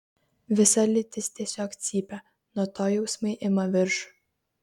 visa lytis tiesiog cypia nuo to jausmai ima viršų